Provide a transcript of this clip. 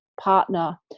partner